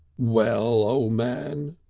well, o' man,